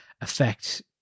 affect